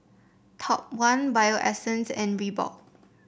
Top One Bio Essence and Reebok